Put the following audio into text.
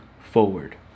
forward